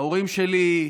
ההורים שלי,